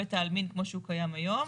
בית העלמין כמו שהוא קיים היום.